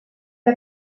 que